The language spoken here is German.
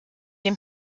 dem